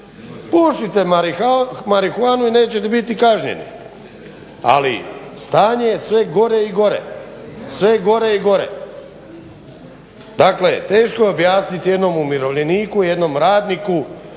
pušite marihuanu i nećete biti kažnjeni ali stanje je sve gore i gore. Dakle teško je objasniti jednom umirovljeniku, jednom radniku,